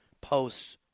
posts